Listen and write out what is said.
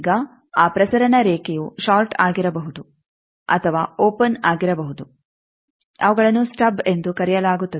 ಈಗ ಆ ಪ್ರಸರಣ ರೇಖೆಯು ಷಾರ್ಟ್ ಆಗಿರಬಹುದು ಅಥವಾ ಓಪೆನ್ ಆಗಿರಬಹುದು ಅವುಗಳನ್ನು ಸ್ಟಬ್ ಎಂದು ಕರೆಯಲಾಗುತ್ತದೆ